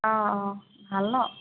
অঁ অঁ ভাল ন